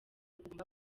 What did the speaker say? agomba